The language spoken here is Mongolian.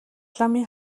ламын